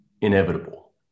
inevitable